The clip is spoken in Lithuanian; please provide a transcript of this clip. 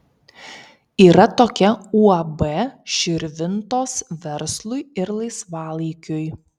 yra tokia uab širvintos verslui ir laisvalaikiui